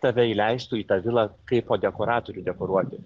tave įleistų į tą vilą kaipo dekoratorių dekoruoti